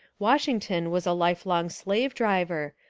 washington was a lifelong slave driver,